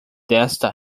desta